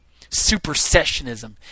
supersessionism